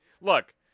Look